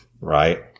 right